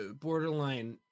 borderline